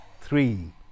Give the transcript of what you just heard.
Three